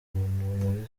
muri